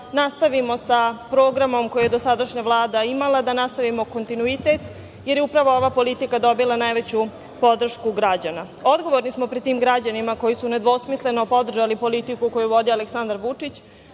nastavimo sa programom koji je dosadašnja Vlada imala, da nastavimo kontinuitet, jer je upravo ova politika dobila najveću podršku građana. Odgovorni smo pred tim građanima, koji su nedvosmisleno podržali politiku koju vodi Aleksandar Vučić,